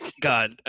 god